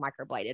microbladed